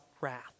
wrath